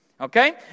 okay